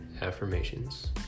Affirmations